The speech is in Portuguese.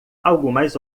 algumas